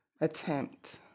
attempt